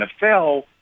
NFL